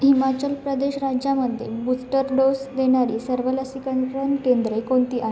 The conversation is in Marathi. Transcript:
हिमाचल प्रदेश राज्यामध्ये बूस्टर डोस देणारी सर्व लसीकरण केंद्रे कोणती आ